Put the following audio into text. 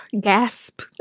gasp